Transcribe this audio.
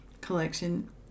collection